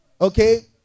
Okay